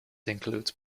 includes